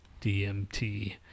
DMT